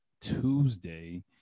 Tuesday